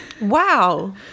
Wow